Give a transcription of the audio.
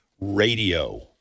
radio